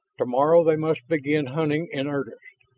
tomorrow they must begin hunting in earnest.